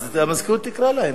המזכירות תקרא להם.